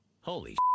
Holy